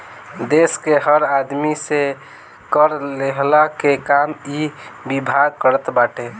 देस के हर आदमी से कर लेहला के काम इ विभाग करत बाटे